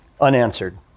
unanswered